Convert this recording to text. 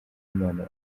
imana